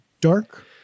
dark